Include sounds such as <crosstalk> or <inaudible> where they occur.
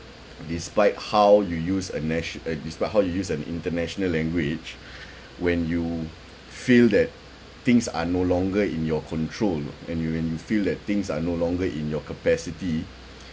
despite how you use a nat~ uh despite how you use an international language <breath> when you feel that things are no longer in your control and you and you feel that things are no longer in your capacity